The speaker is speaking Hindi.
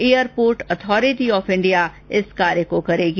एयरपोर्ट अथोरिटी ऑफ इंडिया इस कार्य को करेगी